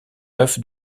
neuf